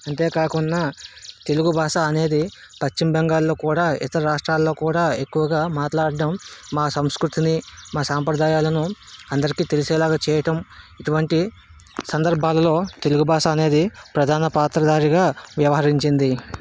అంతే కాకుండా తెలుగు భాష అనేది పశ్చిమ బెంగాల్లో కూడా ఇతర రాష్ట్రాలలో కూడా ఎక్కువగా మాట్లాడడం మా సంస్కృతిని మా సాంప్రదాయాలను అందరికి తెలిసేలాగా చేయటం ఇటువంటి సందర్భాలలో తెలుగు భాష అనేది ప్రధాన పాత్రధారిగా వ్యవహరించింది